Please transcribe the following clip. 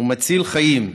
ומציל חיים.